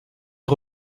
est